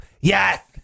Yes